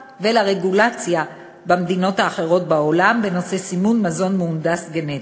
ולרגולציה במדינות האחרות בעולם בנושא סימון מזון מהונדס גנטית.